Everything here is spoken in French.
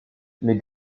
mais